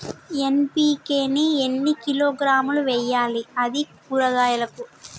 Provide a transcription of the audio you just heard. NPK ని ఎన్ని కిలోగ్రాములు వెయ్యాలి? అది కూరగాయలకు?